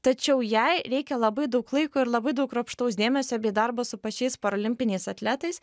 tačiau jai reikia labai daug laiko ir labai daug kruopštaus dėmesio bei darbo su pačiais paralimpiniais atletais